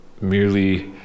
merely